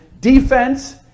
defense